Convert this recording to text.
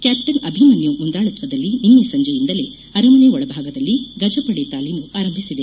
captain Abhimanyu ಮುಂದಾಳತ್ನದಲ್ಲಿ ನಿನ್ನೆ ಸಂಜೆಯಿಂದಲೇ ಅರಮನೆ ಒಳಭಾಗದಲ್ಲಿ ಗಜಪಡೆ ತಾಲೀಮು ಆರಂಭಿಸಿದೆ